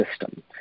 system